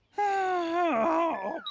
oh,